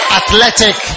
athletic